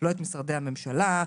לא את משרדי הממשלה,